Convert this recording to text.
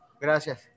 Gracias